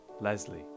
leslie